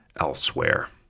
elsewhere